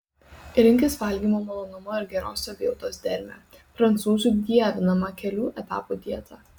rinkis valgymo malonumo ir geros savijautos dermę prancūzių dievinamą kelių etapų dietą